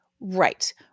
Right